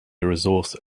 resource